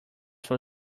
from